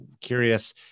curious